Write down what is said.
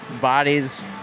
bodies